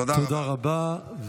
תודה רבה.